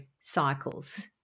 cycles